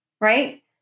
Right